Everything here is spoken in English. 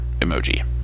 emoji